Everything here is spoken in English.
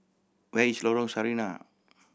where is Lorong Sarina